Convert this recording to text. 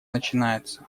начинается